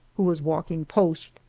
who was walking post.